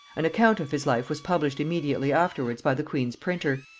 an account of his life was published immediately afterwards by the queen's printer,